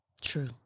True